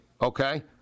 okay